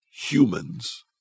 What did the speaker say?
humans